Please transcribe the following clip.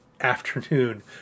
afternoon